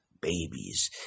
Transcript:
Babies